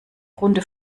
runde